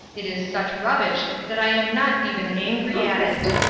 it is such rubbish that i am not even angry at it.